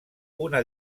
una